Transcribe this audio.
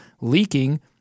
leaking